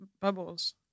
bubbles